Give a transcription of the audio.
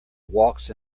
walks